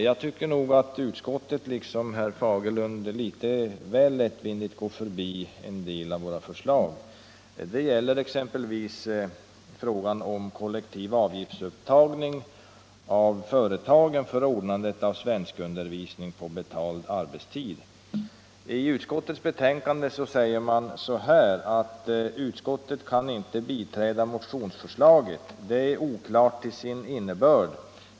Jag anser nog att utskottet liksom herr Fagerlund litet väl lättvindigt går förbi en del av våra förslag. Det gäller t.ex. frågan om kollektiv avgiftsupptagning av företagen för anordnande av svenskundervisning på betald arbetstid. I utskottets betänkande heter det: ”Utskottet kan inte biträda motionsförslaget. Detta är oklart till sin innebörd.